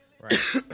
Right